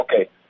okay